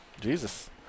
Jesus